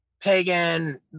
pagan